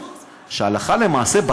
שהלכה למעשה,